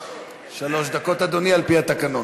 שלוש דקות, אדוני, על-פי התקנון.